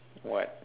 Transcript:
what